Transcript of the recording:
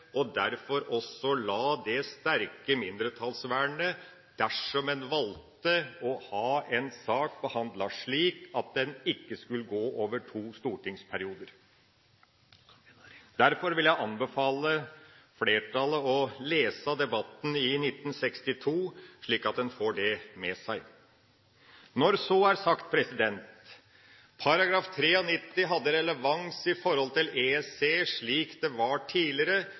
og derfor også la det sterke mindretallsvernet dersom en valgte å ha en sak behandlet slik at den ikke skulle gå over to stortingsperioder. Derfor vil jeg anbefale flertallet å lese debatten fra 1962, slik at en får det med seg. Når så er sagt: § 93 hadde relevans i forhold til EEC, slik det var tidligere,